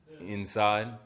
inside